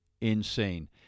insane